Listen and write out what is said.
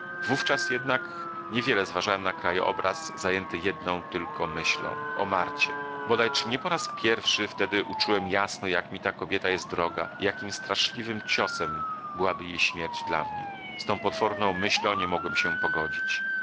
wówczas jednak nie wiele zważałem na krajobraz zajęty jedną tylko myślą o marcie bodaj czy nie po raz pierwszy wtedy uczułem jasno jak mi ta kobieta jest droga i jakim straszliwym ciosem byłaby jej śmierć dla mnie z tą potworną myślą nie mogłem się pogodzić